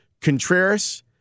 Contreras